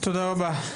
תודה רבה.